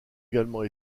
également